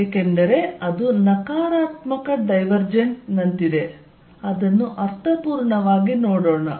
ಏಕೆಂದರೆ ಅದು ನಕಾರಾತ್ಮಕ ಡೈವರ್ಜೆಂಟ್ ನಂತಿದೆ ಅದನ್ನು ಅರ್ಥಪೂರ್ಣವಾಗಿ ನೋಡೋಣ